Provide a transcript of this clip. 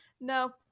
No